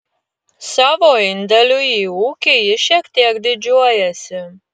savo indėliu į ūkį jis šiek tiek didžiuojasi